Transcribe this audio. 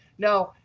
now,